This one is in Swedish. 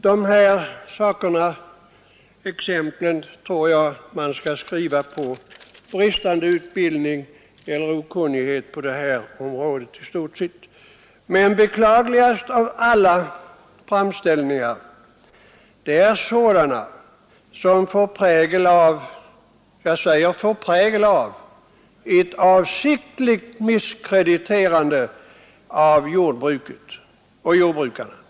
Dessa exempel får man förmodligen hänföra till bristande utbildning eller okunnighet på detta område. Men beklagligast av alla framställningar är sådana som får prägel av — jag säger får prägel av — ett avsiktligt misskrediterande av jordbruket och jordbrukarna.